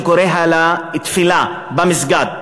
שקורא לתפילה במסגד.